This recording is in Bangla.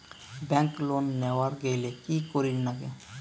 ব্যাংক লোন নেওয়ার গেইলে কি করীর নাগে?